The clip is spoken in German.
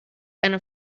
eine